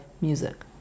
music